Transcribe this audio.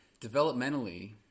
developmentally